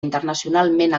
internacionalment